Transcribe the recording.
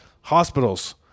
Hospitals